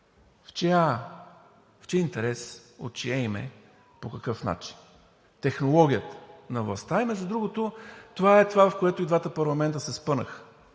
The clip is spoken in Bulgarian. в чий интерес, от чие име, по какъв начин, технологията на властта. И, между другото, това е това, в което и двата парламента се спънаха,